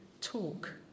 talk